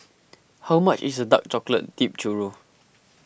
how much is Dark Chocolate Dipped Churro